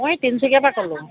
মই তিনিচুকীয়াৰ পৰা ক'লোঁ